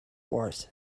wars